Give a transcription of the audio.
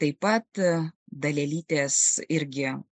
taip pat dalelytės irgi